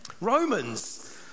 Romans